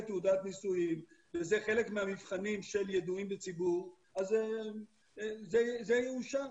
תעודת נישואים וזה חלק מהמבחנים של ידועים בציבור אז זה יאושר.